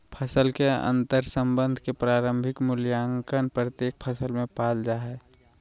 फसल के अंतर्संबंध के प्रारंभिक मूल्यांकन प्रत्येक फसल में पाल जा हइ